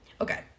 Okay